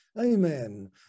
amen